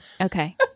Okay